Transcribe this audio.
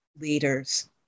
leaders